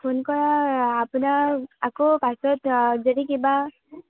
phone কৰা আপোনাৰ আকৌ পাছত যদি কিবা